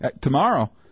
tomorrow